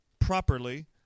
properly